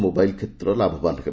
mobile କ୍ଷେତ୍ରରେ ଲାଭବାନ ହେବ